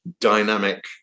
dynamic